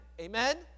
Amen